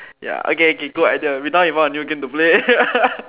ya okay k good idea now we found a new game to play